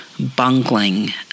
bungling